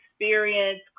experience